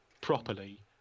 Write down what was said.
properly